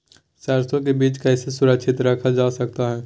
सरसो के बीज कैसे सुरक्षित रखा जा सकता है?